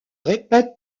répète